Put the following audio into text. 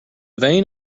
vane